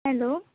hello